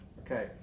okay